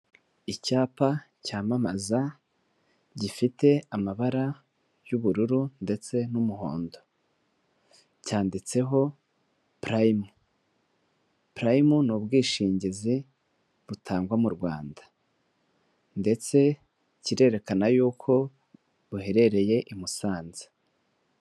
Icyapa cyamamaza gifite amabara y'ubururu ndetse n'umuhondo, cyanditseho purayimu. Purayimu ni ubwishingizi butangwa mu Rwanda ndetse kirerekana yuko buherereye i Musanze.